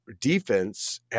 defense